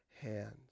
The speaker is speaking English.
hands